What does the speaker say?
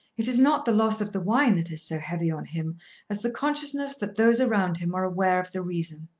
it is not the loss of the wine that is so heavy on him as the consciousness that those around him are aware of the reason.